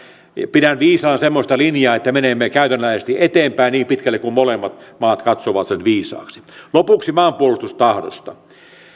pidän viisaana semmoista linjaa että menemme käytännönläheisesti eteenpäin niin pitkälle kuin molemmat maat katsovat sen viisaaksi lopuksi maanpuolustustahdosta